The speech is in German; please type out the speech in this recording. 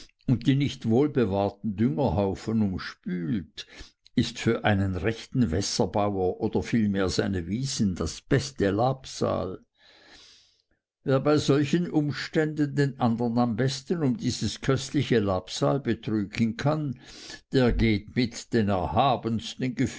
und die nicht wohlbewahrten düngerhaufen umspült ist für einen rechten wässerbauer oder vielmehr seine wiesen das beste labsal wer bei solchen umständen den andern am besten um dieses köstliche labsal betrügen kann der geht mit den